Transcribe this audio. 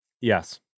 Yes